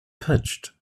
pitched